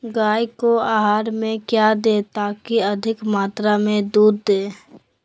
गाय को आहार में क्या दे ताकि अधिक मात्रा मे दूध दे?